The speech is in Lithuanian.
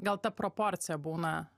gal ta proporcija būna